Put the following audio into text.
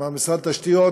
עם משרד התשתיות,